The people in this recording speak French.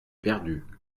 perdu